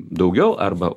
daugiau arba